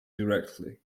directly